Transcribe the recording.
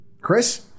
Chris